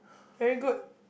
very good